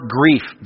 grief